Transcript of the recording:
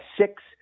six